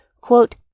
quote